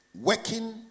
working